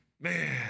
man